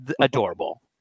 adorable